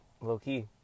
low-key